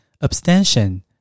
abstention